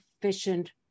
efficient